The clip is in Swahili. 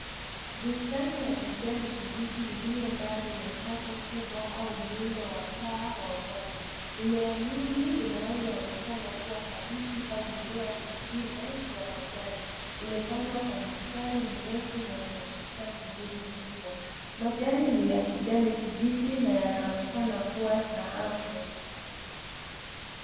Bustani ya kijani kibichi iliyo ndani ya chafu kubwa au muundo wa paa wa uwazi. Mimea mingi inayoonekana kuwa kabichi au mimea mengine ya majani imepandwa kwa mistari mirefu na inachukua sehemu kubwa. Majani ni ya kijani kibichi na yanaonekana kuwa na afya.